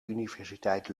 universiteit